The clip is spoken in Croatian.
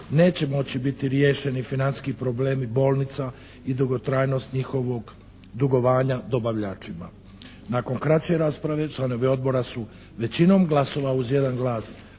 neće moći biti riješeni financijski problemi bolnica i dugotrajnost njihovog dugovanja dobavljačima. Nakon kraće rasprave članovi odbora su većinom glasova uz jedan glas